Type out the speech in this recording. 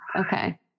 Okay